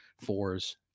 Fours